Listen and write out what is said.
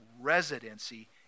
residency